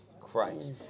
Christ